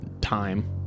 time